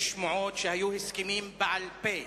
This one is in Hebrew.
יש שמועות שהיו הסכמים בעל-פה